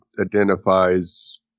identifies